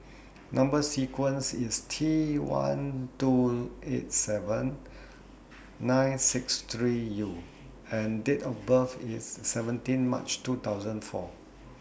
Number sequence IS T one two eight seven nine six three U and Date of birth IS seventeen March two thousand four